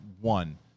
one